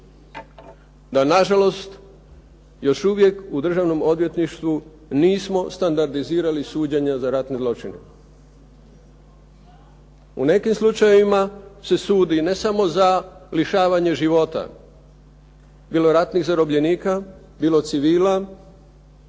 da nažalost još uvijek u Državnom odvjetništvu nismo standardizirali suđenja za ratne zločine. U nekim slučajevima se sudi ne samo za lišavanje života, bilo ratnih zarobljenika, bilo civila,